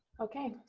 okay.